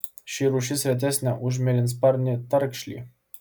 ši rūšis retesnė už mėlynsparnį tarkšlį